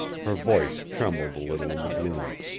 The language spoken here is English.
her voice trembled a little in the gloom.